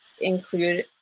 include